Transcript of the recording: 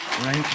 right